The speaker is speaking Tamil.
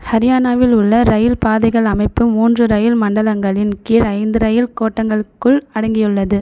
ஹரியானாவில் உள்ள ரயில் பாதைகள் அமைப்பு மூன்று ரயில் மண்டலங்களின் கீழ் ஐந்து ரயில் கோட்டங்களுக்குள் அடங்கியுள்ளது